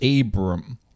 Abram